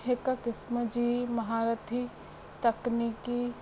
हिक किस्मु जी महारथी तकनीकी